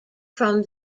from